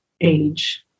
age